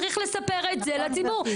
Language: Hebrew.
צריך לספר את זה לציבור,